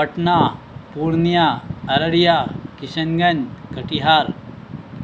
Patna Purnia Araria Kishanganj Katihar